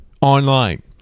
online